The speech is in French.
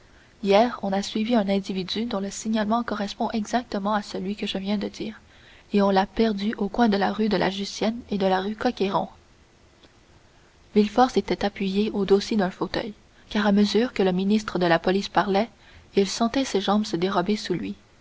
hier on a suivi un individu dont le signalement répond exactement à celui que je viens de dire et on l'a perdu au coin de la rue de la jussienne et de la rue coq héron villefort s'était appuyé au dossier d'un fauteuil car à mesure que le ministre de la police parlait il sentait ses jambes se dérober sous lui